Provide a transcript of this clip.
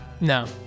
No